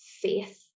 faith